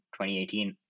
2018